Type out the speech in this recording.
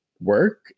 work